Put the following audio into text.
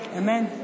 amen